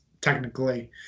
technically